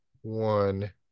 one